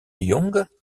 young